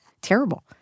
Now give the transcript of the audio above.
terrible